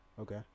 Okay